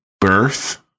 *Birth*